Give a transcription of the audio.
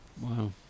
Wow